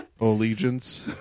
allegiance